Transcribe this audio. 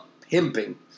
pimping